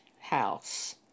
house